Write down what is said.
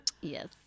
Yes